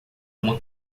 uma